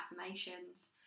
affirmations